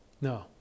No